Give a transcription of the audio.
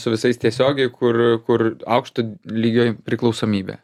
su visais tiesiogiai kur kur aukšto lygio priklausomybė